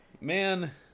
man